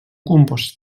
compost